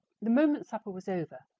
the moment supper was over,